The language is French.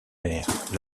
mère